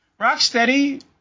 Rocksteady